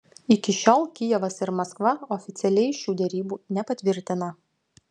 iki šiol kijevas ir maskva oficialiai šių derybų nepatvirtina